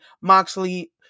moxley